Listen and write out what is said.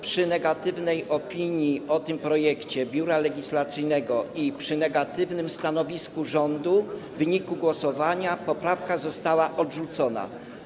Przy negatywnej opinii o tym projekcie Biura Legislacyjnego i przy negatywnym stanowisku rządu - w wyniku głosowania - poprawka została odrzucona.